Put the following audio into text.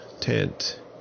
tent